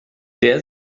der